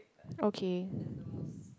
okay